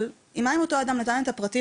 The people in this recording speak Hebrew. אבל מה אם אותו אדם נתן את הפרטים